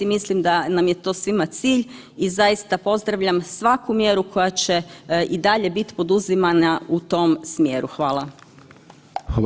Mislim da nam je to svima cilj i zaista pozdravljam svaku mjeru koja će i dalje biti poduzimana u tom smjeru.